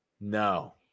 no